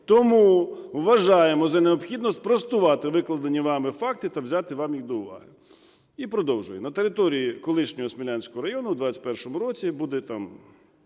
Тому вважаємо за необхідне спростувати, викладені вами факти та взяти вам їх до уваги".